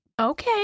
Okay